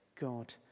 god